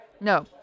No